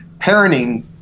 parenting